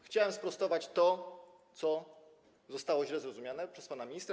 chciałem sprostować to, co zostało źle zrozumiane przez pana ministra.